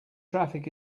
traffic